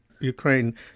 Ukraine